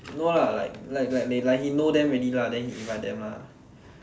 no lah like like like he know them already lah then he invite them lah